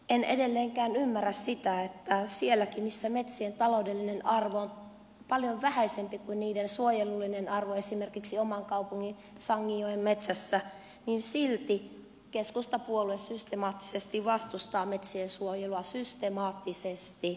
en edelleenkään ymmärrä sitä että sielläkin missä metsien taloudellinen arvo on paljon vähäisempi kuin niiden suojelullinen arvo esimerkiksi oman kaupunkini sanginjoen metsässä silti keskustapuolue systemaattisesti vastustaa metsien suojelua systemaattisesti